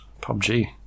PUBG